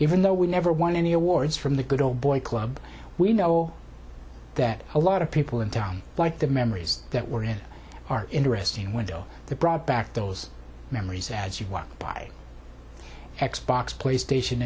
even though we never won any awards from the good old boy club we know that a lot of people in town like the memories that were in our interesting window that brought back those memories as you walk by x box playstation